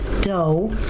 dough